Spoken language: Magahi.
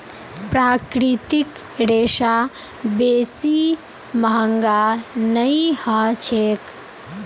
प्राकृतिक रेशा बेसी महंगा नइ ह छेक